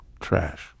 trash